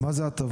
מה זה הטבות?